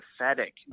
pathetic